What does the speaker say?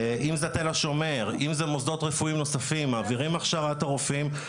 אם זה תל השומר ואם אלה מוסדות רפואיים נוספים מעבירים הכשרה לרופאים.